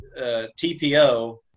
TPO